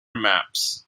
maps